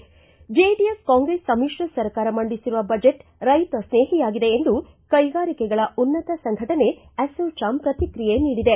JDS Congress ಸಮ್ತ್ರ ಸರ್ಕಾರ ಮಂಡಿಸಿರುವ ಬಜೆಟ್ ರೈತಸ್ನೇಹಿಯಾಗಿದೆ ಎಂದು ಕೈಗಾರಿಕೆಗಳ ಉನ್ನತ ಸಂಘಟನೆ ಅಸೋಚಾಮ್ ಪ್ರತಿಕ್ರಿಯೆ ನೀಡಿದೆ